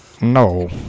No